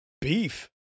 Beef